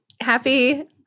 happy